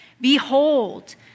Behold